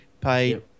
Pay